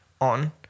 On